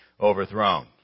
overthrown